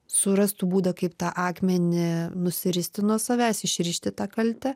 surastų būdą kaip tą akmenį nusiristi nuo savęs išrišti tą kaltę